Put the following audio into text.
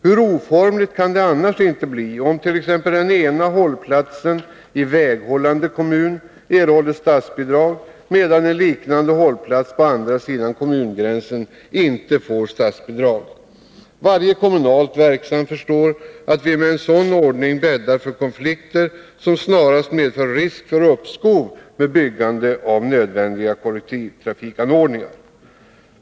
Hur oformligt kan det annars inte bli, om t.ex. den ena hållplatsen i väghållande kommun erhåller statsbidrag, medan en liknande hållplats på andra sidan kommungränsen inte får statsbidrag. Varje kommunalt verksam förstår att vi med en sådan ordning bäddar för konflikter som snarast medför risk för uppskov med byggande av nödvändiga kollektivtrafikanordningar.